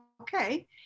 okay